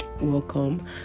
welcome